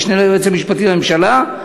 המשנה ליועץ המשפטי לממשלה,